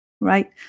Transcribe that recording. right